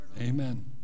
Amen